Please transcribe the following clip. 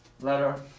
letter